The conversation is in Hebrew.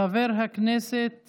חבר הכנסת